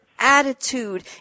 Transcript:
attitude